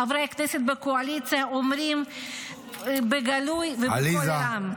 חברי הכנסת בקואליציה אומרים בגלוי ובקול רם.